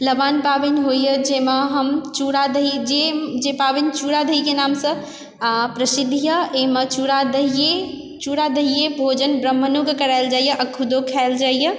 Lavan पाबनि होइए जैमे हम चूड़ा दही जे जे पाबनि चूड़ा दहीके नामसँ प्रसिद्ध यऽ अइमे चूड़ा दही चूड़ा दहिये भोजन ब्राह्मणोके करायल जाइए आओर खुदो खायल जाइए